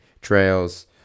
trails